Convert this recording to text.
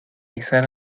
izar